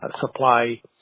supply